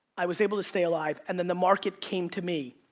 i was able to stay alive, and then the market came to me.